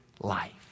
life